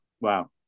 Wow